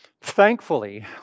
Thankfully